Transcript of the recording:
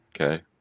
okay